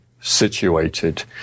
situated